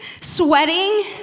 sweating